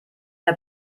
der